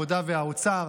העבודה והאוצר.